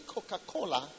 Coca-Cola